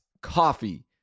Coffee